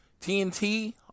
TNT